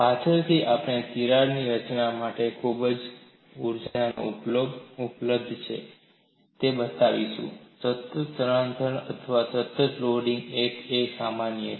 પાછળથી આપણે તિરાડ રચના માટે જે પણ ઊર્જા ઉપલબ્ધ છે તે બતાવીશું સતત સ્થાનાંતરણમાં અથવા સતત લોડિંગ એક અને એક સમાન છે